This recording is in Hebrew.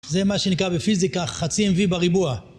זה מה שנקרא בפיזיקה חצי אם-וי בריבוע.